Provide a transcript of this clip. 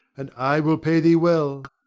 and i will pay thee well.